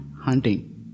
hunting